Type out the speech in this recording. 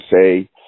say